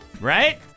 right